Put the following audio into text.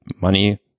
money